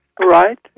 Right